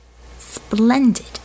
Splendid